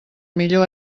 millor